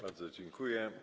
Bardzo dziękuję.